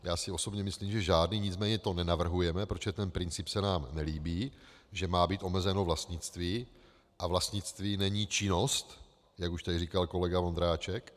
Já si osobně myslím, že žádný, nicméně to nenavrhujeme, protože ten princip se nám nelíbí, že má být omezeno vlastnictví, a vlastnictví není činnost, jak už tady říkal kolega Vondráček.